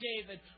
David